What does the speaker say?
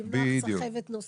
למנוע סחבת נוספת.